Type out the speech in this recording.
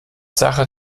sache